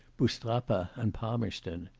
boustrapa and palmerston.